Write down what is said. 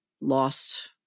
lost